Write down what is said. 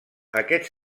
aquests